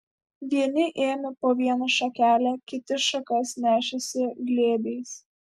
vieni ėmė po vieną šakelę kiti šakas nešėsi glėbiais